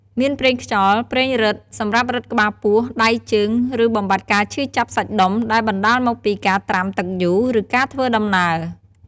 មានប្រេងខ្យល់ ប្រេងរឹត សម្រាប់រឹតក្បាលពោះ ដៃជើង ឬបំបាត់ការឈឺចាប់សាច់ដុំ ដែលបណ្តាលមកពីការត្រាំទឹកយូរ ឬការធ្វើដំណើរ។